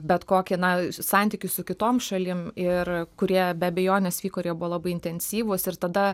bet kokį na santykį su kitom šalim ir kurie be abejonės vyko ir jie buvo labai intensyvūs ir tada